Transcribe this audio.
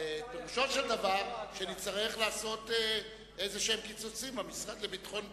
ופירושו של דבר שנצטרך לעשות קיצוצים במשרד לביטחון פנים,